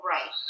Right